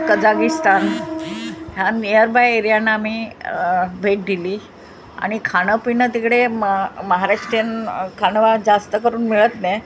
Kazakhstan ह्या nearby एरियाना आम्ही भेट दिली आणि खाणं पिनं तिकडे म महाराष्ट खाणवा जास्त करून मिळत नाई